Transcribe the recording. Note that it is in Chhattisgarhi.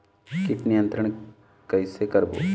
कीट नियंत्रण कइसे करबो?